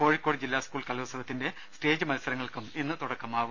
കോഴിക്കോട് ജില്ലാ സ്കൂൾ കലോത്സവത്തിന്റെ സ്റ്റേജ് മത്സരങ്ങൾക്ക് ഇന്ന് തുടക്കമാവും